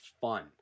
fun